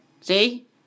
See